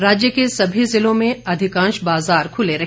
राज्य के सभी जिलों में अधिकांश बाजार खुले रहे